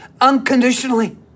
unconditionally